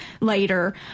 later